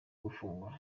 gufungwa